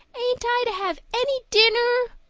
ain't i to have any dinner?